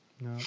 No